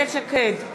איילת שקד,